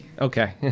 Okay